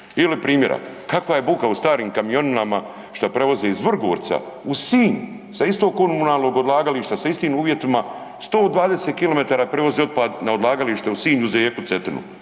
Ili primjera, kakva je buka u starim kamionima što prevoze iz Vrgorca u Sinj sa istog komunalnog odlagališta, sa istim uvjetima 120 km prevozi otpad na odlagalište u Sinj uz rijeku Cetinu